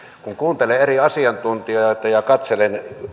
kun kuuntelee eri asiantuntijoita ja katselen